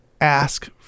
ask